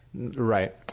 Right